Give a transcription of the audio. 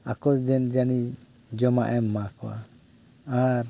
ᱟᱠᱚ ᱡᱟᱱᱤ ᱡᱚᱢᱟᱜ ᱮᱢ ᱮᱢᱟᱠᱚᱣᱟ ᱟᱨ